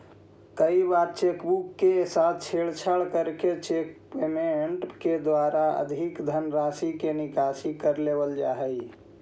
कई बार cheque book के साथ छेड़छाड़ करके चेक पेमेंट के द्वारा अधिक धनराशि के निकासी कर लेवल जा हइ